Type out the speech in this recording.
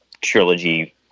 trilogy